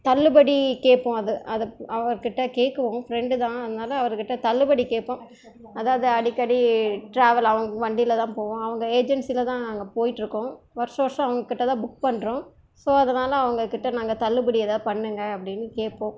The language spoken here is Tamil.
தள்ளுபடி கேட்போம் அது அது அவர்கிட்ட கேட்குவோம் ஃப்ரெண்டு தான் அதனால அவர் கிட்ட தள்ளுபடி கேட்போம் அதாவது அடிக்கடி டிராவல் அவங்க வண்டியில் தான் போவோம் அவங்க ஏஜென்சியில் தான் நாங்கள் போயிட்டிருக்கோம் வருடா வருடம் அவங்கக்கிட்ட தான் புக் பண்றோம் ஸோ அதனால் அவங்ககிட்ட நாங்க தள்ளுபடி எதாது பண்ணுங்க அப்படின்னு கேட்போம்